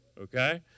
Okay